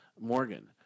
Morgan